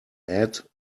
add